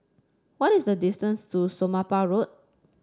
what is the distance to Somapah Road